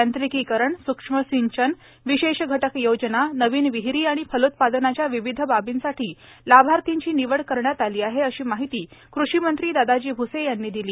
यांत्रिकीकरण सूक्ष्मसिंचन विशेष घटक योजना नवीन विहीरी आणि फलोत्पादनाच्या विविध बाबींसाठी लाभार्थीची निवड करण्यात आली आहेअशी माहिती कृषिमंत्री दादाजी भ्से यांनी दिली